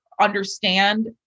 understand